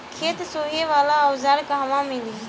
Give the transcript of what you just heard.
खेत सोहे वाला औज़ार कहवा मिली?